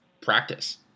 practice